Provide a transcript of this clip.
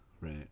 Right